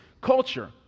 culture